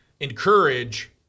encourage